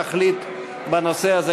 תחליט בנושא הזה,